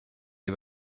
les